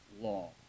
law